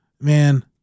man